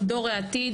את דור העתיד,